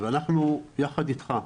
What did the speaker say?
אנחנו יחד איתך,